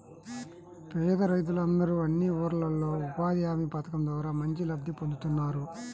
పేద రైతులందరూ అన్ని ఊర్లల్లో ఉపాధి హామీ పథకం ద్వారా మంచి లబ్ధి పొందుతున్నారు